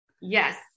Yes